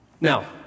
Now